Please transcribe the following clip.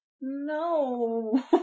No